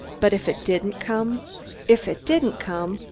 but if it didn't come if it didn't come!